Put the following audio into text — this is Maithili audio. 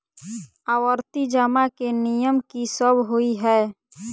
आवर्ती जमा केँ नियम की सब होइ है?